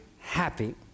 happy